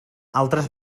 altres